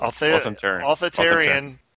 Authoritarian